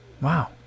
wow